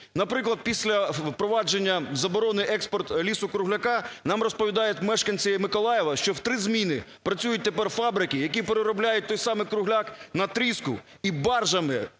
Наприклад, після впровадження заборони експорту лісу-кругляка, нам розповідають мешканці Миколаєва, що в три зміни працюють тепер фабрики, які переробляють той самий кругляк на тріску і баржами,